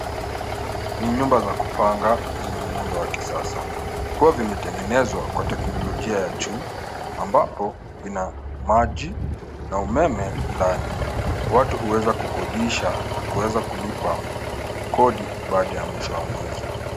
Ni nyumba za kupanga zenye muundo wa kisasa. Huwa vimetengenezwa kwa teknolojia ya juu ambapo vina maji na umeme ndani. Watu huweza kukodisha na kuweza kulipa kodi baada ya mwisho wa mwezi.